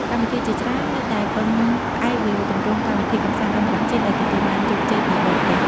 កម្មវិធីជាច្រើននៅតែពឹងផ្អែកលើ ទម្រង់កម្មវិធីកម្សាន្តអន្តរជាតិ ដែលទទួលបានជោគជ័យពីបរទេស។